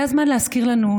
זה הזמן להזכיר לנו,